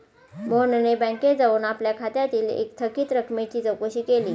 मोहनने बँकेत जाऊन आपल्या खात्यातील थकीत रकमेची चौकशी केली